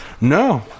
No